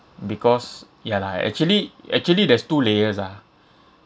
because ya lah actually actually there's two layers ah